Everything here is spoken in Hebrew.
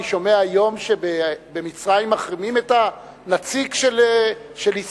אני שומע היום שבמצרים מחרימים את הנציג של ישראל,